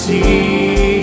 See